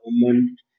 government